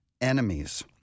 enemies